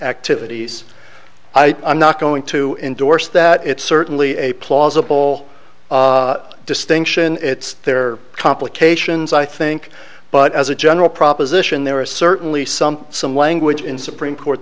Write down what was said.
activities i'm not going to endorse that it's certainly a plausible distinction it's there are complications i think but as a general proposition there are certainly some some language in supreme court